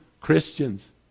Christians